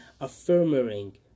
affirming